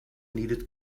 needed